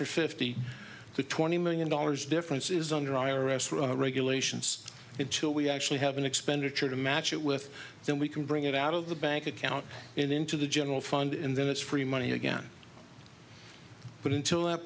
for fifty to twenty million dollars difference is under i r s regulations that chill we actually have an expenditure to match it with then we can bring it out of the bank account and into the general fund and then it's free money again but until that